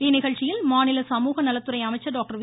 இந்நிகழ்ச்சியில் மாநில சமூக நலத்துறை அமைச்சர் டாக்டர் வி